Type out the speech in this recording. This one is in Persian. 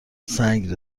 سنگ